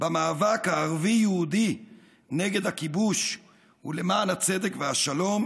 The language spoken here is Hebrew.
במאבק הערבי-יהודי נגד הכיבוש ולמען הצדק והשלום